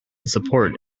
support